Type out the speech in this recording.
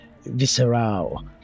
visceral